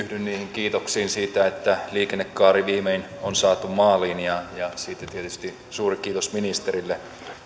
kiitoksiin siitä että liikennekaari viimein on saatu maaliin ja ja siitä tietysti suuri kiitos ministerille